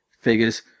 figures